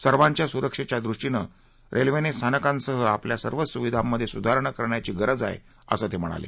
सर्वांच्या स्रक्षेच्या दृष्टीनं रेल्वेनं स्थानकांसह आपल्या सर्वच स्विधांमधे स्धारणा करण्याची रज आहे असं ते म्हणाले